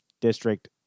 district